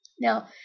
Now